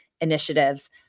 initiatives